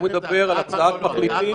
הוא מדבר על הצעת מחליטים.